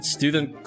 Student